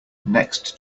next